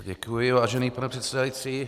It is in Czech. Děkuji, vážený pane předsedající.